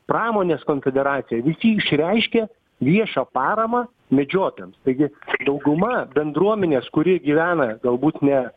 pramonės konfederacija visi išreiškė viešą paramą medžiotojams taigi dauguma bendruomenės kuri gyvena galbūt ne